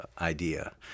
idea